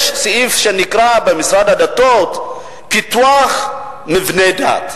יש סעיף במשרד הדתות שנקרא "פיתוח מבני דת".